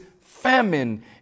famine